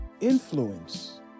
influence